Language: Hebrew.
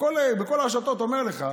בכל הרשתות אומר לך: